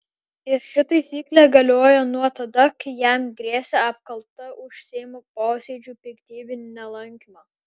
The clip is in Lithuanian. ir ši taisyklė galioja nuo tada kai jam grėsė apkalta už seimo posėdžių piktybinį nelankymą